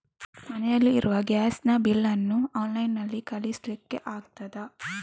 ಮನೆಯಲ್ಲಿ ಇರುವ ಗ್ಯಾಸ್ ನ ಬಿಲ್ ನ್ನು ಆನ್ಲೈನ್ ನಲ್ಲಿ ಕಳಿಸ್ಲಿಕ್ಕೆ ಆಗ್ತದಾ?